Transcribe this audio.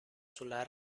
sulla